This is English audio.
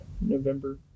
November